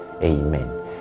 Amen